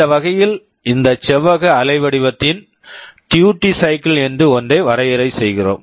இந்த வகையில் இந்த செவ்வக அலைவடிவத்தின் டியூட்டி சைக்கிள் duty cycle என்று ஒன்றை வரையறை செய்கிறோம்